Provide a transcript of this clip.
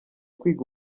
kwiga